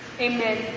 Amen